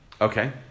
Okay